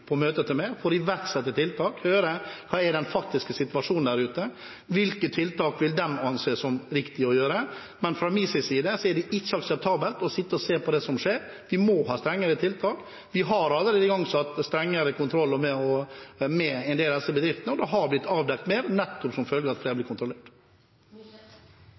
på møte for å iverksette tiltak og høre hva som er den faktiske situasjonen der ute, og hvilke tiltak de vil anse det riktig å sette i verk. Fra min side er det ikke akseptabelt å sitte og se på det som skjer. Vi må ha strengere tiltak. Vi har allerede igangsatt strengere kontroller med en del av disse bedriftene, og det har blitt avdekt mer, nettopp som følge av at flere blir kontrollert.